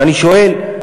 ואני שואל,